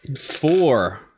Four